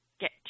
get